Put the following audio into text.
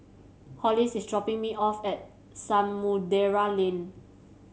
Hollis is dropping me off at Samudera Lane